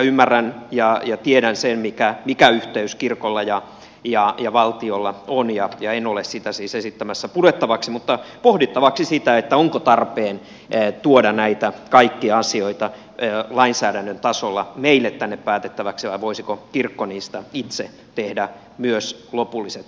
ymmärrän ja tiedän sen mikä yhteys kirkolla ja valtiolla on ja en ole sitä siis esittämässä purettavaksi mutta esitän pohdittavaksi sitä onko tarpeen tuoda näitä kaikkia asioita lainsäädännön tasolla meille tänne päätettäväksi vai voisiko kirkko niistä itse tehdä myös lopulliset päätökset